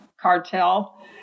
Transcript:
cartel